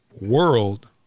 world